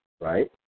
right